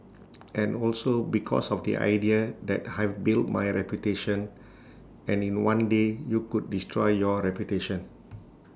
and also because of the idea that I've built my reputation and in one day you could destroy your reputation